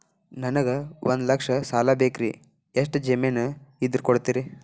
ನನಗೆ ಒಂದು ಲಕ್ಷ ಸಾಲ ಬೇಕ್ರಿ ಎಷ್ಟು ಜಮೇನ್ ಇದ್ರ ಕೊಡ್ತೇರಿ?